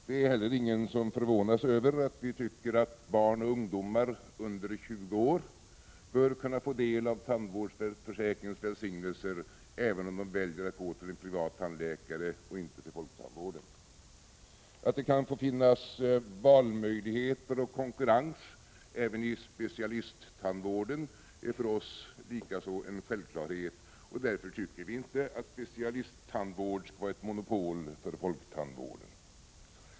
Det är inte heller någon som förvånas över att vi tycker att barn och ungdomar under 20 år bör kunna få del av tandvårdsförsäkringens välsignelser även om de väljer att gå till en privat tandläkare och inte till folktandvården. Att det kan få finnas valmöjligheter och konkurrens även i specialisttandvården är för oss likaså en självklarhet, och därför tycker vi inte att specialisttandvård skall vara ett monopol för folktandvården.